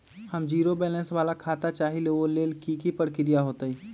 हम zero balance वाला खाता चाहइले वो लेल की की प्रक्रिया होतई?